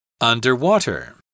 Underwater